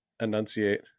enunciate